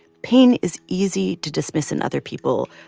pain is easy to dismiss in other people.